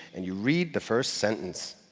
and you read the first sentence.